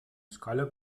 escola